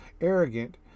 arrogant